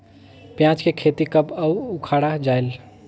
पियाज के खेती कब अउ उखाड़ा जायेल?